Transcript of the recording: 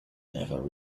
never